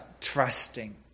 trusting